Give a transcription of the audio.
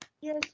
Yes